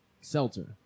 Seltzer